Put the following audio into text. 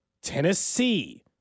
Tennessee